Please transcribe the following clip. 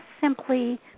simply